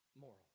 moral